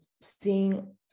seeing